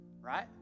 Right